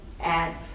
add